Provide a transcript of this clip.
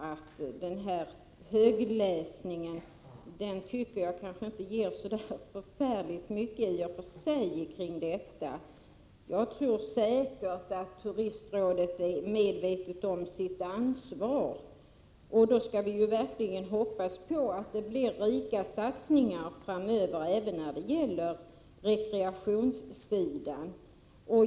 Men hennes högläsning tycker jag inte ger så mycket i detta sammanhang. Jag tror säkert att Turistrådet är medvetet om sitt ansvar. Därför hoppas vi verkligen att det blir rika satsningar framöver även när det gäller rekreationssidan.